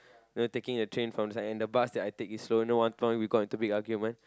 you know taking the train from and the bus that I take is slow then one point we got into a big argument